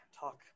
talk